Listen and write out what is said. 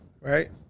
right